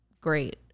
great